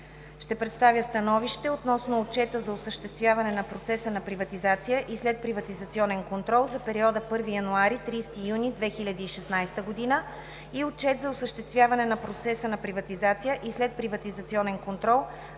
контрол РЕШИ: Приема Отчета за осъществяване на процеса на приватизация и следприватизационен контрол за периода 1 януари – 30 юни 2016 г.“ „РЕШЕНИЕ по Отчета за осъществяване на процеса на приватизация и следприватизационен контрол